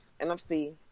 NFC